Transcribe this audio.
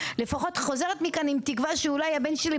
לפחות חוזרת מכאן עם תקווה שאולי הבן שלי,